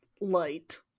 light